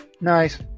Nice